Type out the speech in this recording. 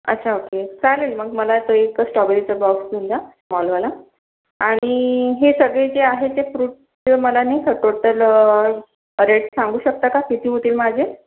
अच्छा ओके चालेल मग मला तो एकच स्टॉबेरीचा बॉक्स देऊन द्या स्मॉलवाला आणि हे सगळे जे आहे ते फ्रूटचे मला नाही का टोटल रेट सांगू शकता का किती होतील माझे